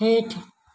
हेठि